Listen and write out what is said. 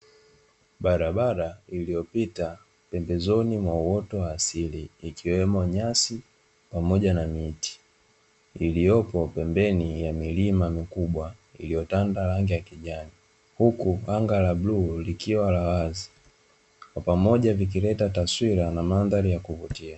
Barabara iliyopita pembezoni mwa uwoto wa asili, ikiwemo nyasi pamoja na miti, iliyopo pembeni ya milima mikubwa iliyotanda rangi ya kijani, huku anga la bluu likiwa la wazi, pamoja vikileta mandhari yenye kuvutia.